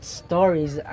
stories